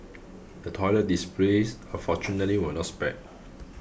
the toilet displays unfortunately were not spared